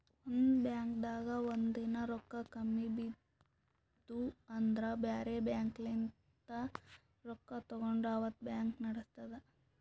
ಒಂದ್ ಬಾಂಕ್ದಾಗ್ ಒಂದಿನಾ ರೊಕ್ಕಾ ಕಮ್ಮಿ ಬಿದ್ದು ಅಂದ್ರ ಬ್ಯಾರೆ ಬ್ಯಾಂಕ್ಲಿನ್ತ್ ರೊಕ್ಕಾ ತಗೊಂಡ್ ಅವತ್ತ್ ಬ್ಯಾಂಕ್ ನಡಸ್ತದ್